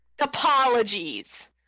apologies